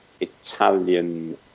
Italian